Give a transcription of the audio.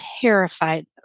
terrified